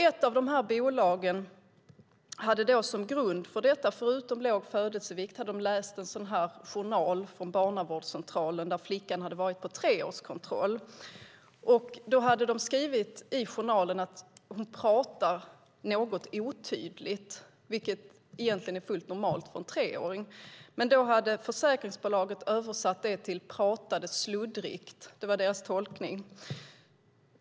Ett av de här bolagen hade förutom födelsevikten som grund för detta att de hade läst en journal från barnavårdscentralen där flickan hade varit på treårskontroll. Då hade man skrivit i journalen att hon pratar något otydligt, vilket egentligen är fullt normalt för en treåring. Det hade försäkringsbolaget översatt till "pratade sluddrigt". Det var deras tolkning.